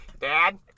Dad